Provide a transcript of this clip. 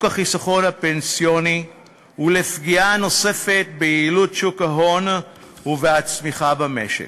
החיסכון הפנסיוני ולפגיעה נוספת ביעילות שוק ההון ובצמיחה במשק.